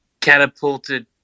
catapulted